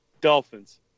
Dolphins